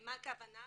למה הכוונה?